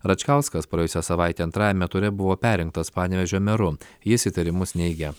račkauskas praėjusią savaitę antrajame ture buvo perrinktas panevėžio meru jis įtarimus neigia